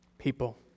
people